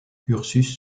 ursus